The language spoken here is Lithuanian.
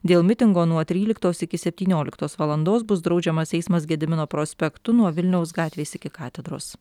dėl mitingo nuo tryliktos iki septynioliktos valandos bus draudžiamas eismas gedimino prospektu nuo vilniaus gatvės iki katedros